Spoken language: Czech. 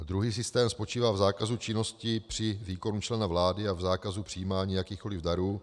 Druhý systém spočívá v zákazu činnosti při výkonu člena vlády a v zákazu přijímání jakýchkoliv darů.